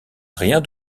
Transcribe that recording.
rien